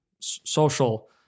social